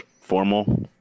formal